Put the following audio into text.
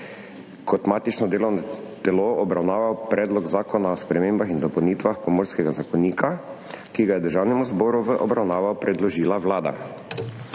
kot matično delovno telo obravnaval Predlog zakona o spremembah in dopolnitvah Pomorskega zakonika, ki ga je Državnemu zboru v obravnavo predložila Vlada.